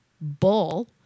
bull